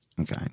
Okay